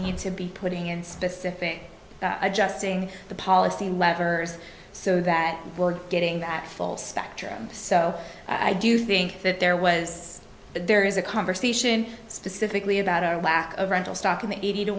need to be putting in specific adjusting the policy levers so that we're getting that full spectrum so i do think that there was there is a conversation specifically about our lack of rental stock in the eighty to